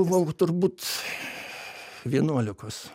buvau turbūt vienuolikos